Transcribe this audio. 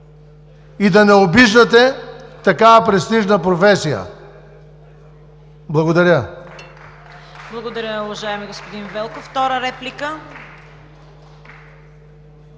и да не обиждате такава престижна професия! Благодаря.